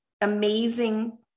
Amazing